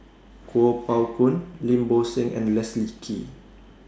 Kuo Pao Kun Lim Bo Seng and Leslie Kee